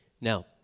Now